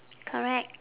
correct